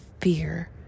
fear